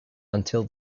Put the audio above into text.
until